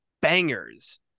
bangers